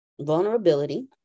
vulnerability